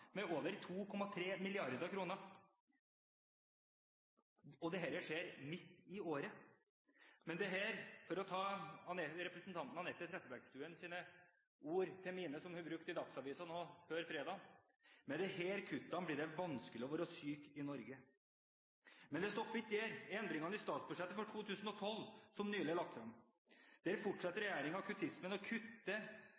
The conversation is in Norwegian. med over 2,3 mrd. kr – og dette skjer midt i året. For å gjøre representanten Trettebergstuens ord til mine, ord som hun brukte i Dagsavisen nå forrige fredag: «Med disse kuttene vil det helt klart bli vanskelig å være syk i Norge.» Men det stopper ikke der, i endringene til statsbudsjettet for 2013, som nylig er lagt frem, fortsetter